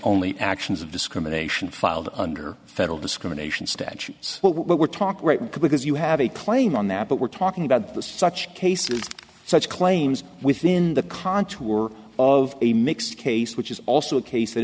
only actions of discrimination filed under federal discrimination statutes what we're talking rate because you have a claim on that but we're talking about the such cases such claims within the contour of a mixed case which is also a case